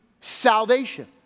salvation